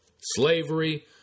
slavery